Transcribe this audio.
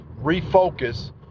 refocus